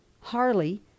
Harley